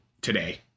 today